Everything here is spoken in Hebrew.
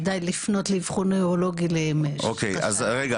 לפנות לאבחון נוירולוגי --- סליחה,